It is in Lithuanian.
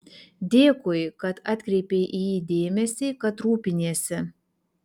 dėkui kad atkreipei į jį dėmesį kad rūpiniesi